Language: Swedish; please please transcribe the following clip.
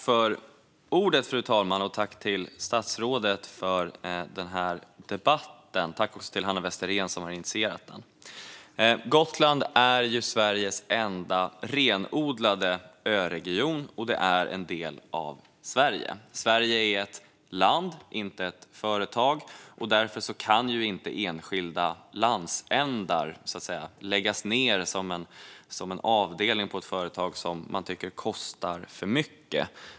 Fru talman! Tack till statsrådet för debatten; tack också till Hanna Westerén, som har initierat den! Gotland är Sveriges enda renodlade öregion och en del av Sverige. Sverige är ett land, inte ett företag, och därför kan inte enskilda landsändar läggas ned som en avdelning på ett företag som man tycker kostar för mycket.